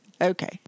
Okay